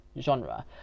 genre